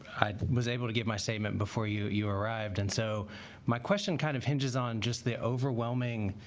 i was able to get my statement before you you arrived and so my question kind of hinges on just the overwhelming